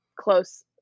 close